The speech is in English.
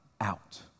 out